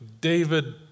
David